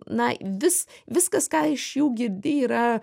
na vis viskas ką iš jų girdi yra